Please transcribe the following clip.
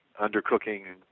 undercooking